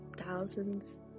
thousands